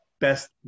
Best